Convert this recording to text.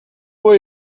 where